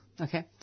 Okay